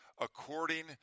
according